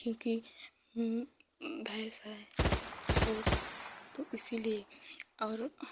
क्योंकि भैँस है तो इसीलिए और